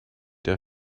der